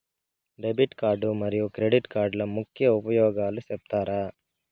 Debit card మరియు credit కార్డుల ముఖ్య ఉపయోగాలు సెప్తారా?